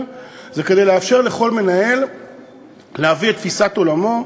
היא כדי לאפשר לכל מנהל להביא את תפיסת עולמו,